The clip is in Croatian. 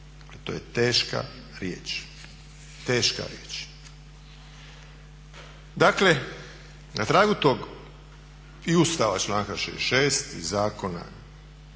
to je teška riječ, teška riječ. Dakle, na tragu tog i Ustava članka 66., zakona